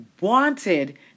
wanted